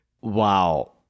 Wow